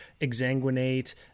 Exanguinate